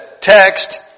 text